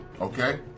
okay